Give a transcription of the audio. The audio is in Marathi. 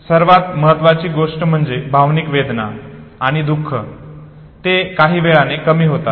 सर्वात महत्त्वाची गोष्ट म्हणजे भावनिक वेदना आणि दुख ते काही वेळाने कमी होतात